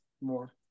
more